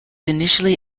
initially